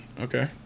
Okay